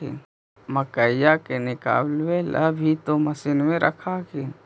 मकईया के निकलबे ला भी तो मसिनबे रख हखिन?